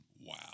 Wow